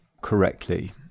correctly